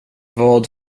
vad